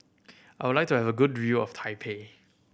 I would like to have a good view of Taipei